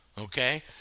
okay